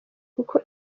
kuko